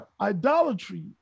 Idolatry